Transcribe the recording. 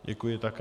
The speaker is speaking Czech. Děkuji také.